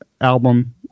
album